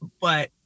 but-